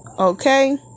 okay